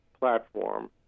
platform